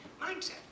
mindset